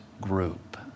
group